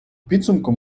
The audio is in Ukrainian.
підсумку